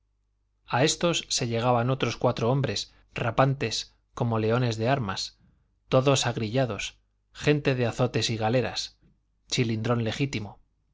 a estos se llegaban otros cuatro hombres rapantes como leones de armas todos agrillados gente de azotes y galeras chilindrón legítimo